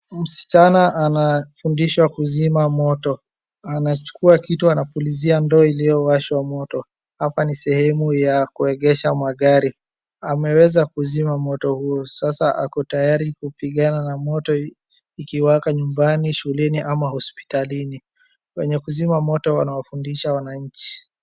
Msichana anafundishwa kuzima moto, anachukua kitu anapulizia ndoo iliowashwa moto. Hapa ni sehemu ya kuegesha magari. Ameweza kuzima moto huu, sasa ako tayari kupigana na moto ikiwaka nyumbani, shuleni ama hospitalini. Wenye kuzima moto wanawafundisha wananchi.